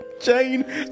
Jane